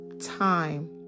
time